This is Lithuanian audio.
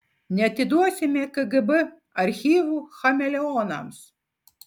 neatiduosime kgb archyvų chameleonams